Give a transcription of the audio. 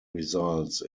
results